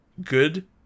good